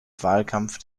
wahlkampf